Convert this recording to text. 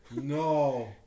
No